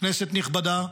כנסת נכבדה,